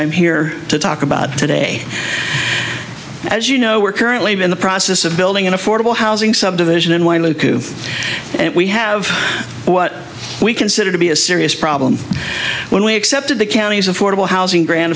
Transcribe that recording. i'm here to talk about today as you know we're currently in the process of building an affordable housing subdivision in wineland and we have what we consider to be a serious problem when we accepted the county's affordable housing gran